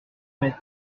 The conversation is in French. metz